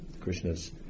Krishna's